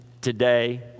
today